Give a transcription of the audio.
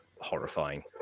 horrifying